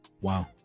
Wow